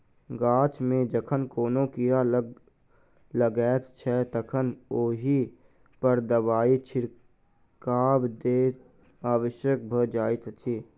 गाछ मे जखन कोनो कीड़ा लाग लगैत छै तखन ओहि पर दबाइक छिच्चा देब आवश्यक भ जाइत अछि